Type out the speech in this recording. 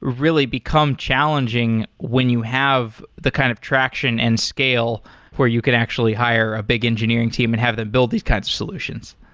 really become challenging when you have the kind of traction and scale where you can actually hire a big engineering team and have them build these kinds of solutions.